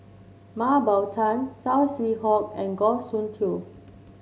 Mah Bow Tan Saw Swee Hock and Goh Soon Tioe